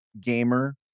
gamer